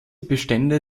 bestände